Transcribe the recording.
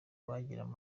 bageraga